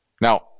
Now